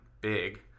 big